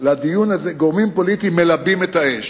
לדיון הזה, גורמים פוליטיים מלבים את האש.